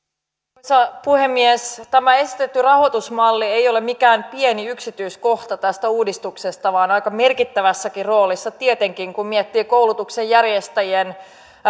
arvoisa puhemies tämä esitetty rahoitusmalli ei ole mikään pieni yksityiskohta tästä uudistuksesta vaan aika merkittävässäkin roolissa tietenkin kun miettii koulutuksen järjestäjien